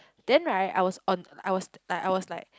then right I was on I was like I was like